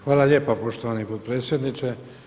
Hvala lijepo poštovani potpredsjedniče.